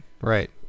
right